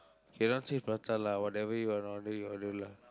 cannot change prata lah whatever you wanna order you order lah